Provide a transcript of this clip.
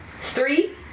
Three